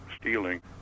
stealing